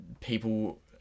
people